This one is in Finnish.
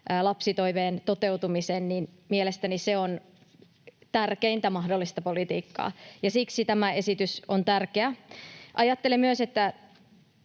lapsitoiveen toteutumisen, on mielestäni tärkeintä mahdollista politiikkaa. Siksi tämä esitys on tärkeä. Ajattelen myös, että